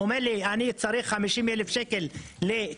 אם הוא אומר שהוא צריך 50 אלף שקל לכיסאות,